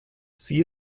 sie